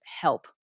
help